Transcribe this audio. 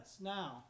Now